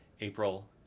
April